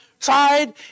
tried